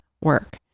work